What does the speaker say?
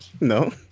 No